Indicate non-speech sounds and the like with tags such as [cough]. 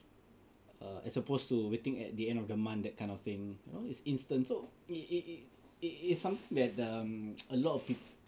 uh as opposed to waiting at the end of the month that kind of thing you know it's instant so it it it is something that um [noise] a lot of